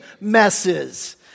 messes